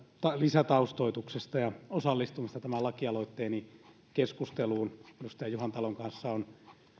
lisätaustoituksesta ja osallistumisesta tämän lakialoitteeni keskusteluun edustaja juhantalon kanssa on ollut